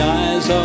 eyes